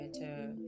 better